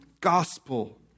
gospel